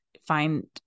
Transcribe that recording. find